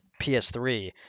PS3